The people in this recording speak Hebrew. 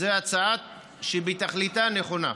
זו הצעה שבתכליתה היא נכונה.